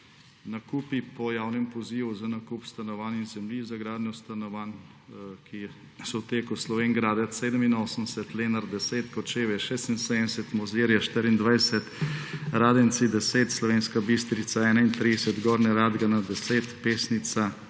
Nakupi po javnem pozivu za nakup stanovanj in zemljišč za gradnjo stanovanj, ki so v teku: Slovenj Gradec, 87; Lenart, 10; Kočevje, 76. Mozirje, 24; Radenci, 10. Slovenska Bistrica, 31; Gornja Radgona, 10; Pesnica,